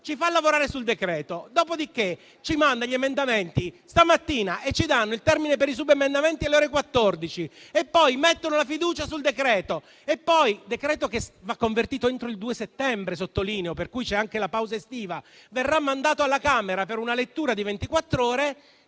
ci fa lavorare su un decreto-legge, dopodiché ci manda gli emendamenti stamattina e fissa il termine per i subemendamenti alle ore 14, poi mette la fiducia su un decreto-legge che va convertito entro il 2 settembre - per cui c'è anche la pausa estiva - che verrà mandato alla Camera per una lettura di